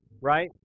right